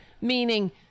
Meaning